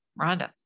Rhonda